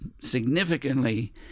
significantly